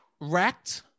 Wrecked